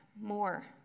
more